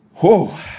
Whoa